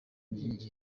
nyigisho